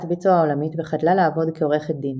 ויצו העולמית וחדלה לעבוד כעורכת דין.